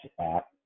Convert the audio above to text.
App